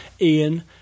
Ian